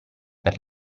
per